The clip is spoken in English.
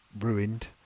ruined